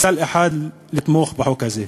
בסל אחד, לתמוך בחוק הזה.